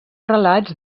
relats